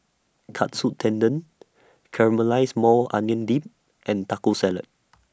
Katsu Tendon Caramelized Maui Onion Dip and Taco Salad